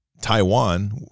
Taiwan